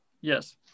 Yes